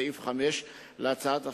סעיף 5 להצעת החוק,